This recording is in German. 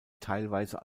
teilweise